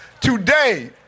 Today